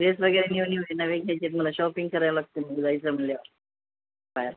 डेसवगैरे घेऊन येऊ ना वेगवेगळे मला शॉपिंग करायला लागतं आहे जायचं म्हटल्यावर बाया